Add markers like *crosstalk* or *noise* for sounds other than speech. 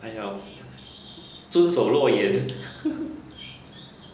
他要准手诺言 *laughs*